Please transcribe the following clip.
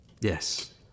Yes